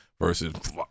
Versus